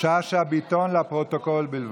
שאשא ביטון, שהיא בעד הסעיף, לפרוטוקול בלבד.